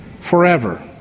forever